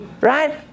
Right